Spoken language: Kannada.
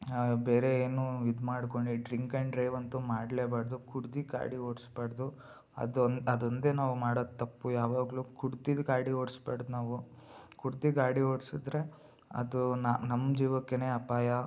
ಬೇರೆ ಏನು ಇದು ಮಾಡ್ಕೊಂಡು ಡ್ರಿಂಕ್ ಆ್ಯಂಡ್ ಡ್ರೈವ್ ಅಂತು ಮಾಡ್ಲೇಬಾರ್ದು ಕುಡ್ದು ಗಾಡಿ ಓಡ್ಸ್ಬಾರ್ದು ಅದು ಒ ಅದೊಂದೆ ನಾವು ಮಾಡೋ ತಪ್ಪು ಯಾವಾಗಕು ಕುಡ್ದು ಗಾಡಿ ಓಡ್ಸ್ಬಾಡ್ದ್ ನಾವು ಕುಡ್ದು ಗಾಡಿ ಓಡಿಸಿದ್ರೆ ಅದು ನಮ್ಮ ಜೀವಕ್ಕೇ ಅಪಾಯ